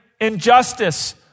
injustice